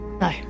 No